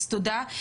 אז תודה.